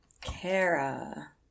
Kara